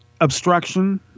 obstruction